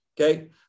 Okay